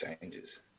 changes